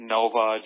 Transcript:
Nova